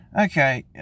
okay